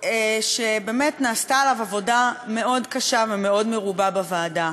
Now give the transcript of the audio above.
שבאמת נעשתה עליו עבודה מאוד קשה ומאוד מרובה בוועדה.